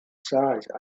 size